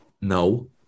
No